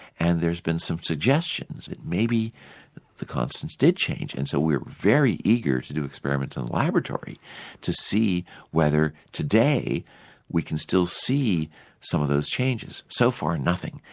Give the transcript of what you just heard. and there's been some suggestions that maybe the constants did change, and so we're very eager to do experiments in the laboratory to see whether today we can still see some of those changes. so far, nothing,